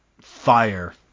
fire